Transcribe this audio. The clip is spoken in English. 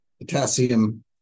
potassium